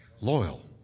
loyal